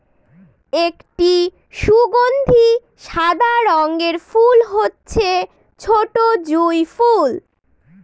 একটি সুগন্ধি সাদা রঙের ফুল হচ্ছে ছোটো জুঁই ফুল